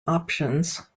options